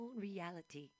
reality